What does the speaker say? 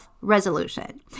resolution